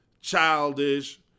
childish